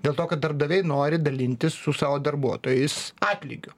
dėl to kad darbdaviai nori dalintis su savo darbuotojais atlygiu